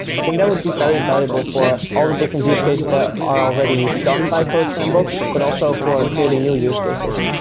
i think that would be very valuable for all the different use cases that are already done by codesandbox, but also for creating new use cases